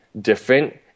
different